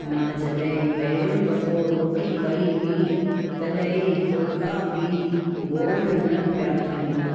मां जॾहिं पहिरियों दफ़ो रोटी कयी हुई तॾहिं फुल्का बि गोल न पिया थियनि